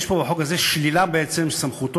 שיש פה בחוק הזה בעצם שלילה של סמכותו